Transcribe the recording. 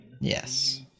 Yes